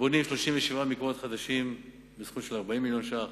בונים 37 מקוואות חדשים בסכום של 40 מיליון שקלים,